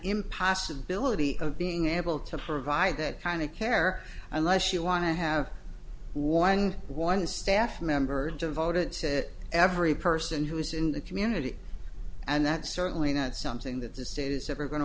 impossibilities of being able to provide that kind of care unless you want to have one one staff member devoted to every person who is in the community and that's certainly not something that the state is ever going to